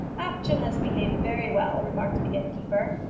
apjohn has behaved very well, remarked the innkeeper.